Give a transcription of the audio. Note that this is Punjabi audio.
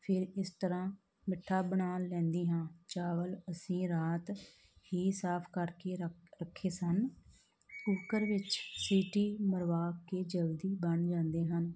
ਫਿਰ ਇਸ ਤਰ੍ਹਾਂ ਮਿੱਠਾ ਬਣਾ ਲੈਂਦੀ ਹਾਂ ਚਾਵਲ ਅਸੀਂ ਰਾਤ ਹੀ ਸਾਫ਼ ਕਰ ਕੇ ਰਖ ਰੱਖੇ ਸਨ ਕੁੱਕਰ ਵਿੱਚ ਸੀਟੀ ਮਰਵਾ ਕੇ ਜਲਦੀ ਬਣ ਜਾਂਦੇ ਹਨ